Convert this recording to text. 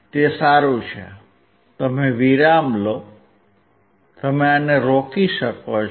તે સારું છે તમે વિરામ લો તમે આને રોકી શકો છો